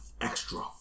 extra